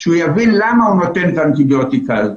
שהוא יבין למה הוא נותן את האנטיביוטיקה הזאת.